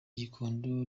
gikondo